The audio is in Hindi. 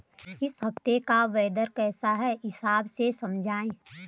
इस हफ्ते का मौसम कैसा है वेदर के हिसाब से समझाइए?